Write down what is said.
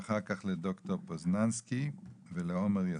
ואחר כך לד"ר פוזננסקי ולעומר יוסף.